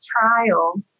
trial